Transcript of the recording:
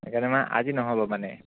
সেইকাৰণে মানে আজি নহ'ব মানে